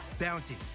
Bounty